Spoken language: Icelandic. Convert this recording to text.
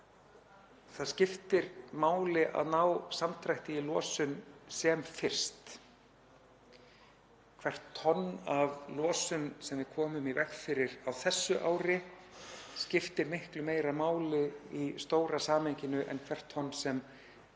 það skiptir máli að ná samdrætti í losun sem fyrst. Hvert tonn af losun sem við komum í veg fyrir á þessu ári skiptir miklu meira máli í stóra samhenginu en hvert tonn sem komið